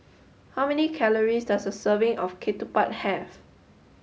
how many calories does a serving of Ketupat have